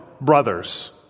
brothers